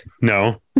no